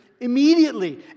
immediately